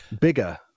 bigger